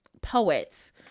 poets